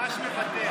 ממש מבדח.